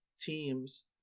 teams